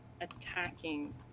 attacking